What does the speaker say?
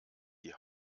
die